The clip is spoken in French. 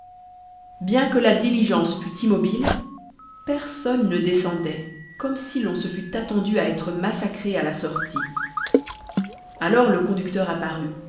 bien que la diligence fût immobile personne ne descendait comme si l'on se fût attendu à être massacré à la sortie alors le conducteur apparut